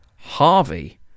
Harvey